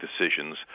decisions